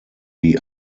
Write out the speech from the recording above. die